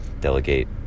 delegate